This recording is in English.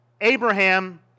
Abraham